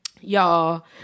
y'all